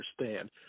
understand